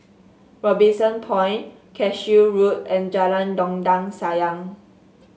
Robinson Point Cashew Road and Jalan Dondang Sayang